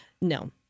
No